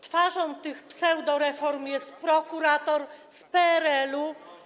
Twarzą tych pseudoreform jest prokurator z PRL-u.